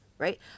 right